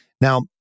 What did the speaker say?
Now